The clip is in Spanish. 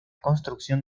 construcción